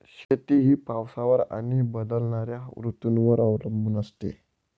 शेती ही पावसावर आणि बदलणाऱ्या ऋतूंवर अवलंबून असते